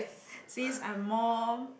since I'm more